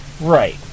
Right